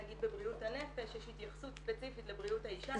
נגיד בבריאות הנפש יש התייחסות ספציפית לבריאות האישה.